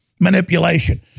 manipulation